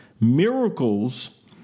Miracles